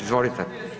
Izvolite.